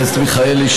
מיכאלי,